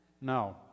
No